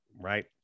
right